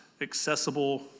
accessible